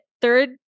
third